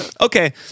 Okay